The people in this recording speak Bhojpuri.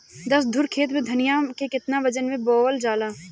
दस धुर खेत में धनिया के केतना वजन मे बोवल जाला?